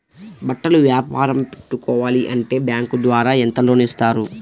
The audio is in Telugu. బట్టలు వ్యాపారం పెట్టుకోవాలి అంటే బ్యాంకు ద్వారా ఎంత లోన్ ఇస్తారు?